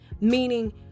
meaning